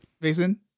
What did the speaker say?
Mason